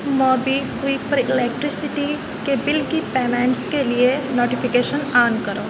Mobi quick پر electricity کے bill کی پیمنٹس کے لیے نوٹیفیکیشن آن کرو